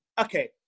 okay